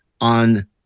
on